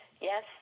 yes